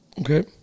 Okay